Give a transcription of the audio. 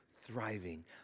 thriving